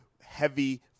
heavy